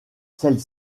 celles